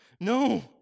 No